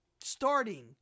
starting